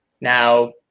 Now